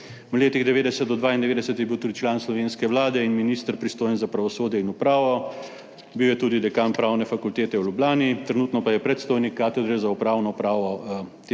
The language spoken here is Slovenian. V letih 1990 do 1992 je bil tudi član slovenske vlade in minister, pristojen za pravosodje in upravo. Bil je tudi dekan Pravne fakultete v Ljubljani, trenutno pa je predstojnik katedre za upravno pravo te fakultete